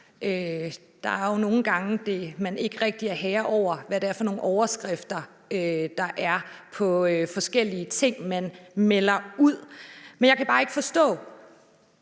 Der er jo nogle gange, man ikke rigtig er herre over, hvad det er for nogle overskrifter, der er på forskellige ting, man melder ud. Men jeg kan bare ikke forstå,